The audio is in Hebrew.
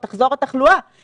יפעת, אין מתווה.